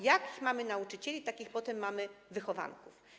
Jakich mamy nauczycieli, takich potem mamy wychowanków.